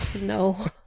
No